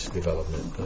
development